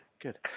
Good